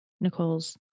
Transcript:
Nicole's